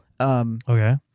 Okay